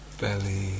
Belly